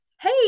hey